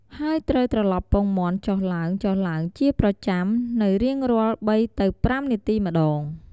ហើយត្រូវត្រឡប់ពងមាន់ចុះឡើងៗជាប្រចាំ នូវរៀងរាល់ ៣ទៅ៥ នាទីម្តង។